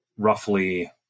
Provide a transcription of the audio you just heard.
roughly